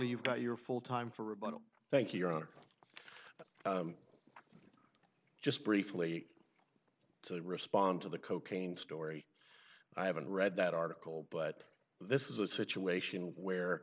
you've got your full time for rebuttal thank you your honor but just briefly to respond to the cocaine story i haven't read that article but this is a situation where